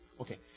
Okay